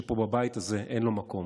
שפה בבית הזה אין לו מקום,